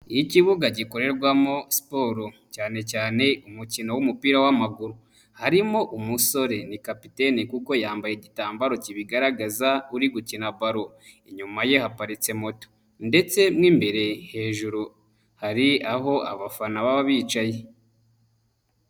Ikibuga gikorerwamo siporo cyane cyane umukino w'umupira w'amaguru, harimo umusore ni kapiteni kuko yambaye igitambaro kibigaragaza uri gukina baro, inyuma ye haparitse moto ndetse mo imbere hejuru hari aho abafana baba bicaye.